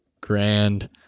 Grand